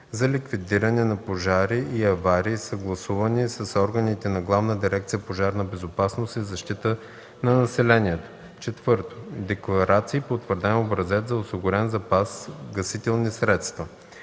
за ликвидиране на пожари и аварии, съгласувани с органите на Главна дирекция „Пожарна безопасност и защита на населението”; 4. декларация по утвърден образец за осигурен запас гасителни средства;